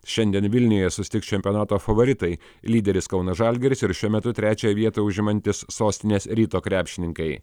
šiandien vilniuje susitiks čempionato favoritai lyderis kauno žalgiris ir šiuo metu trečiąją vietą užimantys sostinės ryto krepšininkai